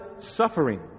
suffering